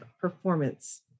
performance